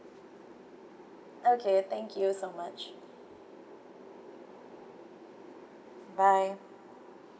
okay thank you so much bye